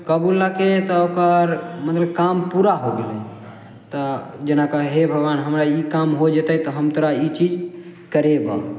कबुलकै तऽ ओकर मतलब काम पूरा हो गेलै तऽ जेना कहे हइ हे भगबान हमरा ई काम हो जतै तऽ हम तोरा ई चीज करेबौ